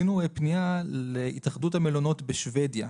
פנינו להתאחדות המלונות בשוודיה.